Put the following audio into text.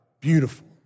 beautiful